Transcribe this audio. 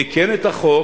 תיקן את החוק